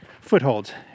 footholds